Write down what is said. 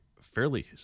fairly